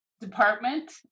department